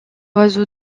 oiseau